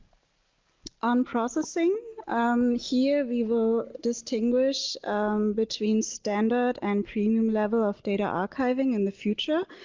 on processing here we will distinguish between standard and premium level of data archiving in the future